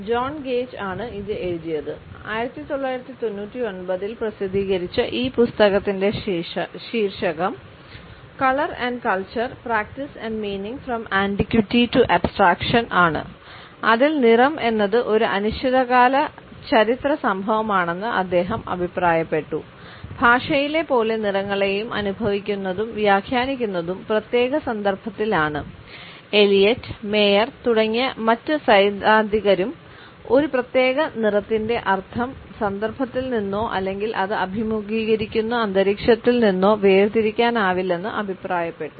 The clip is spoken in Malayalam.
ജോൺ ഗേജ് തുടങ്ങിയ മറ്റ് സൈദ്ധാന്തികരും ഒരു പ്രത്യേക നിറത്തിന്റെ അർത്ഥം സന്ദർഭത്തിൽ നിന്നോ അല്ലെങ്കിൽ അത് അഭിമുഖീകരിക്കുന്ന അന്തരീക്ഷത്തിൽ നിന്നോ വേർതിരിക്കാനാവില്ലെന്ന് അഭിപ്രായപ്പെടുന്നു